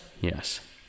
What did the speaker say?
Yes